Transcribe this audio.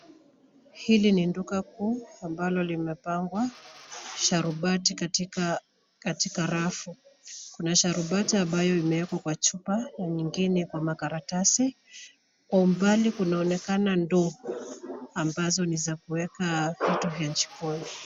Hili ni duka kuu ambalo limepangwa sharubati katika rafu. Kuna sharubati ambayo imewekwa chupa na ingine kwa karatasi. Kwa umbali kunaonekana ndoo ambazo ni za kuweka vitu vya jikoni.